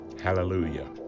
hallelujah